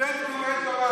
סטודנטים לומדי תורה,